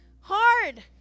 hard